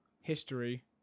history